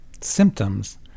symptoms